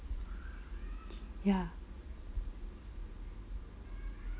ya